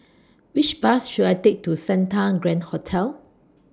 Which Bus should I Take to Santa Grand Hotel